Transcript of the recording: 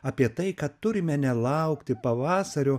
apie tai kad turime nelaukti pavasario